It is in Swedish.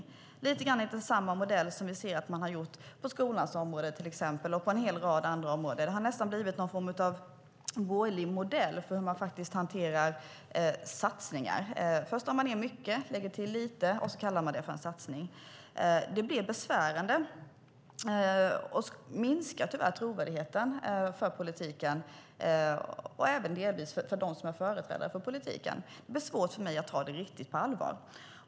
Det är lite grann av samma modell som vi ser på skolans område och en hel rad andra områden. Det har nästan blivit någon form av borgerlig modell för hur man faktiskt hanterar satsningar. Först drar man ned mycket, sedan lägger man till lite - och sedan kallar man det en satsning. Det blir besvärande och minskar tyvärr trovärdigheten för politiken, även för dem som företräder politiken. Det blir svårt för mig att ta detta på allvar.